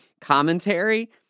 commentary